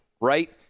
right